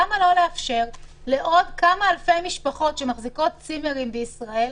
למה לא לאפשר לעוד כמה אלפי משפחות שמחזיקות צימרים בישראל,